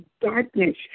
darkness